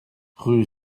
rue